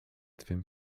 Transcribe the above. twym